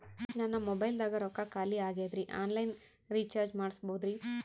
ನನ್ನ ಮೊಬೈಲದಾಗ ರೊಕ್ಕ ಖಾಲಿ ಆಗ್ಯದ್ರಿ ಆನ್ ಲೈನ್ ರೀಚಾರ್ಜ್ ಮಾಡಸ್ಬೋದ್ರಿ?